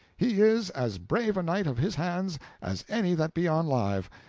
he is as brave a knight of his hands as any that be on live,